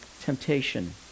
temptation